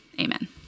amen